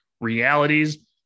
realities